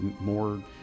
more